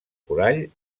corall